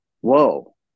Whoa